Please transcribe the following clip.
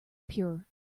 pure